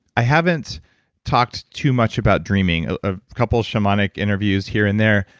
i haven't talked too much about dreaming. a couple shamanic interviews here and there,